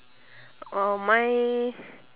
oh my